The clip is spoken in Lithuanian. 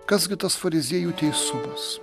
kas gi tas fariziejų teisumus